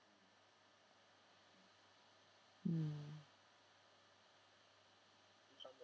mm